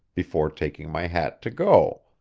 before taking my hat to go.